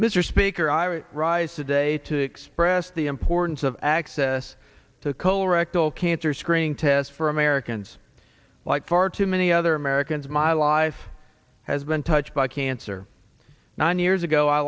mr speaker i rise today to express the importance of access to colorectal cancer screening test for americans like far too many other americans my life has been touched by cancer nine years ago i